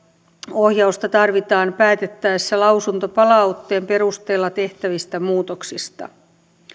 ohjausta tarvitaan päätettäessä lausuntopalautteen perusteella tehtävistä muutoksista